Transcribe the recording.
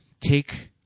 take